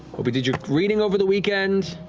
hope you did your reading over the weekend,